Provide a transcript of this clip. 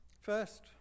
First